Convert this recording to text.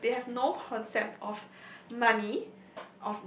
students they have no concept of money